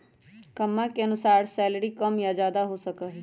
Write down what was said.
कम्मा के अनुसार सैलरी कम या ज्यादा हो सका हई